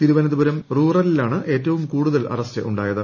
തിരുവനന്തപുരം റൂറലിലാണ് ഏറ്റവും കൂടുതൽ അറസ്റ്റ് ഉണ്ടായത്